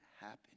happen